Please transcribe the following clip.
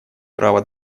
права